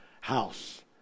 house